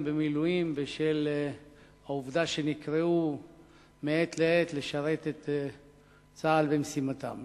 במילואים בשל העובדה שנקראו מעת לעת לשרת את צה"ל ומשימותיו.